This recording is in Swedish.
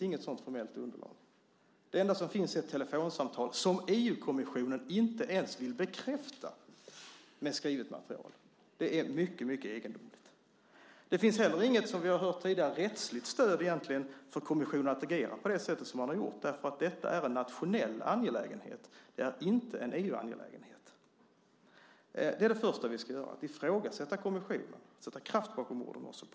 Det enda som finns är ett telefonsamtal som EU-kommissionen inte ens vill bekräfta med skrivet material. Det är mycket egendomligt. Som vi tidigare har hört finns det heller inget rättsligt stöd för kommissionen att agera på det sätt som man har gjort, därför att detta är en nationell angelägenhet, inte en EU-angelägenhet. Det första vi ska göra är alltså att ifrågasätta kommissionen och sätta kraft bakom orden.